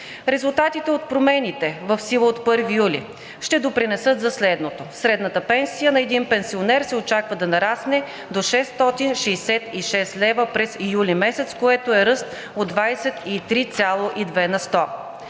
Резултатите от промените в сила от 1 юли ще допринесат за следното: средната пенсия на един пенсионер се очаква да нарасне до 666 лв. през месец юли, което е ръст от 23,2 на сто.